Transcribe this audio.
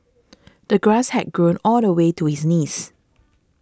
the grass had grown all the way to his knees